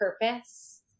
purpose